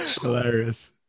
hilarious